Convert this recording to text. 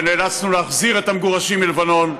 ונאלצנו להחזיר את המגורשים מלבנון,